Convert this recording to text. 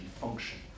function